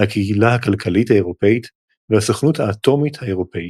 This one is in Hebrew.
הקהילה הכלכלית האירופית והסוכנות האטומית האירופית.